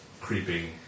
creeping